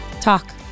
talk